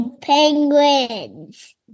penguins